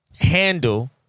handle